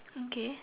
okay